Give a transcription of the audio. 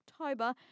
October